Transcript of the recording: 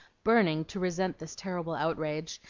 burning to resent this terrible outrage,